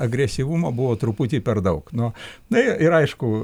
agresyvumo buvo truputį per daug nu na ir aišku